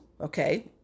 okay